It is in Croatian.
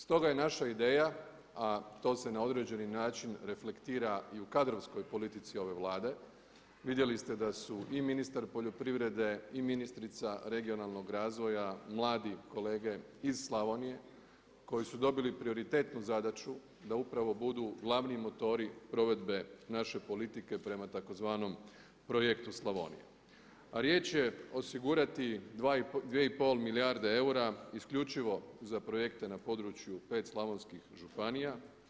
Stoga je naša ideja, a to se na određeni način reflektira i u kadrovskoj politici ove Vlade, vidjeli ste da su i ministar poljoprivrede i ministrica regionalnog razvoja mladi kolege iz Slavonije koji su dobili prioritetnu zadaću da upravo budu glavni motori provedbe naše politike prema našem tzv. Projektu Slavonija, riječ je osigurati 2,5 milijarde eura isključivo za projekte na području 5 slavonskih županija.